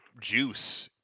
juice